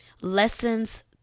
Lessons